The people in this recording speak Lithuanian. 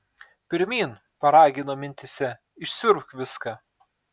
pirmyn paragino mintyse išsiurbk viską